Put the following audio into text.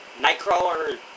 Nightcrawler